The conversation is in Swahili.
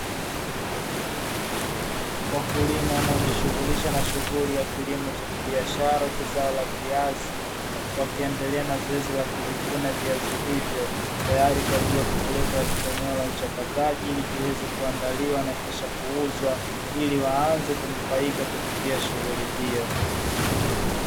Wakulima wanaojishughulisha na shughuli ya kilimo cha kibiashara cha zao la viazi, wakiendelea na zoezi la kuvivuna viazi hivyo tayari kwa ajili ya kuvipeleka katika eneo la uchakataji, ili viweze kuandaliwa na kisha kuuzwa ili waanze kunufaika kupitia shughuli hiyo.